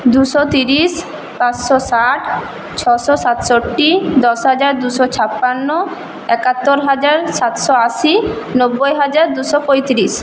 দুশো তিরিশ পাঁচশো ষাট ছশো সাতষট্টি দশ হাজার দুশো ছাপান্ন একাত্তর হাজার সাতশো আশি নব্বই হাজার দুশো পঁয়ত্রিশ